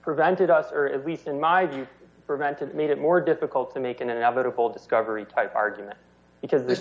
prevented us or at least in my view prevented made it more difficult to make an inevitable discovery type argument because there